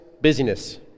busyness